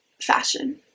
fashion